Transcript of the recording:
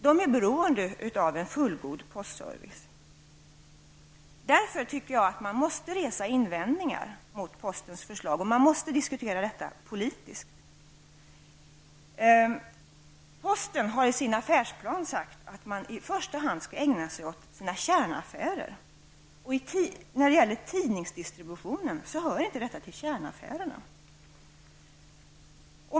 De är beroende av en fullgod postservice. Därför tycker jag att man måste resa invändningar mot postens förslag och diskutera detta politiskt. Posten har i sin affärsplan sagt att man i första hand skall ägna sig åt sina kärnaffärer. Och tidningsdistributionen hör inte till kärnaffärerna.